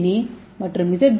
ஏ மற்றும் Z D